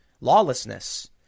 Lawlessness